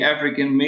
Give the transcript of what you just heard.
African